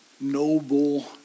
noble